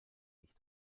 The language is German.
nicht